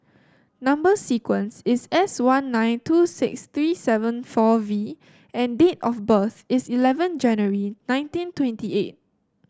number sequence is S one nine two six three seven four V and date of birth is eleven January nineteen twenty eight